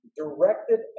directed